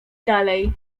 dalej